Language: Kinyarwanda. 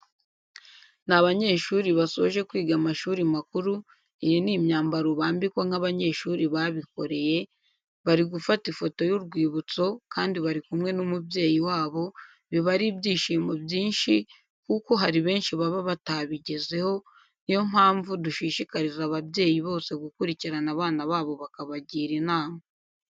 Ni abanyeshuri basoje kwiga amashuri makuru, iyi ni imyambaro bambikwa nk'abanyeshuri babikoreye, bari gufata ifoto y'urwibutso kandi bari kumwe n'umubyeyi wabo, biba ari ibyishimo byinshi kuko hari benshi baba batabigezeho, ni yo mpamvu dushishikariza ababyeyi bose gukurikirana abana babo bakabagira inama.